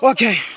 Okay